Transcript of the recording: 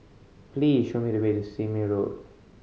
please show me the way to Sime Road